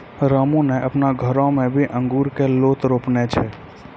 रामू नॅ आपनो घरो मॅ भी अंगूर के लोत रोपने छै